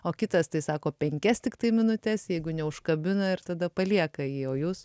o kitas tai sako penkias tiktai minutes jeigu neužkabina ir tada palieka jį o jūs